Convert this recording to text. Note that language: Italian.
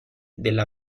della